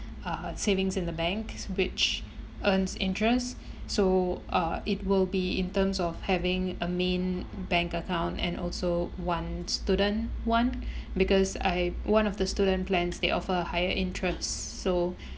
uh savings in the banks which earns interest so uh it will be in terms of having a main bank account and also one student one because I one of the student plans they offer a higher interest so